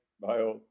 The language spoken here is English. Bye